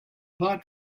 apart